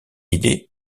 idée